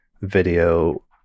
video